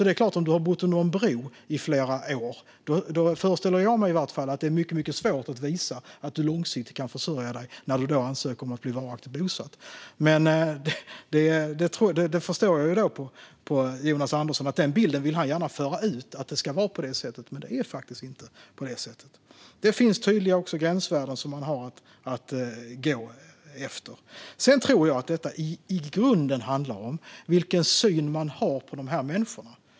Om du har bott under en bro i flera år föreställer jag mig att det är mycket svårt att visa att du långsiktigt kan försörja dig när du ansöker om att få bli varaktigt bosatt. Jag förstår att Jonas Andersson vill föra ut en bild av att det är så, men det är faktiskt inte så. Det finns tydliga gränsvärden att följa. Jag tror att detta i grunden handlar om vilken syn man har på dessa människor.